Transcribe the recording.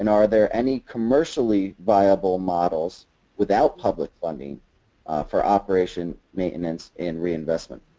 and are there any commercially viable models without public funding for operation, maintenance, and reinvestment?